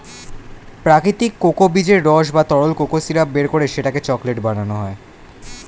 প্রাকৃতিক কোকো বীজের রস বা তরল কোকো সিরাপ বের করে সেটাকে চকলেট বানানো হয়